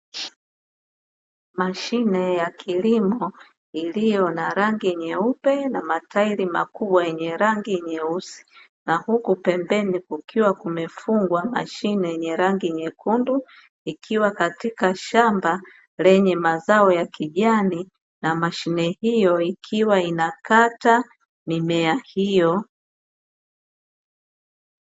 Mashine ya kilimo iliyo na rangi nyeupe na matairi makubwa yenye rangi nyeusi, na huku pembeni kukiwa kumefungwa mashine yenye rangi nyekundu ikiwa katika shamba lenye mazao ya kijani na mashine hiyo ikiwa inakata mimea hiyo .